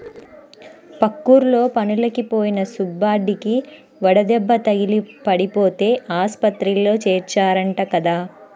పక్కూర్లో పనులకి పోయిన సుబ్బడికి వడదెబ్బ తగిలి పడిపోతే ఆస్పత్రిలో చేర్చారంట కదా